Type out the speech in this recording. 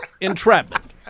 Entrapment